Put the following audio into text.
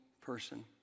person